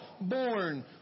born